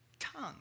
tongue